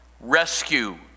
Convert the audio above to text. Rescue